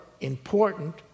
important